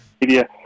media